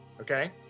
okay